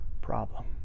problem